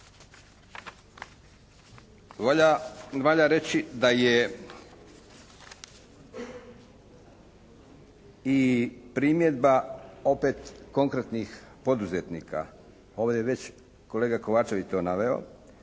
Valja reći da je i primjedba opet konkretnih poduzetnika. Ovdje je već kolega Kovačević to naveo,